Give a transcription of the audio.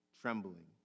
trembling